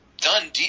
done